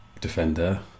defender